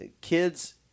kids